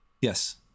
Yes